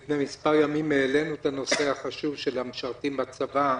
לפני מספר ימים העלינו את הנושא החשוב של המשרתים בצבא,